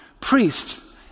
priests